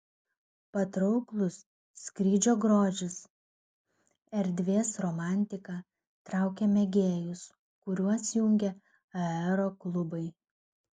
patrauklus skrydžio grožis erdvės romantika traukia mėgėjus kuriuos jungia aeroklubai